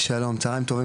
שלום צוהריים טובים,